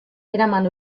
eraman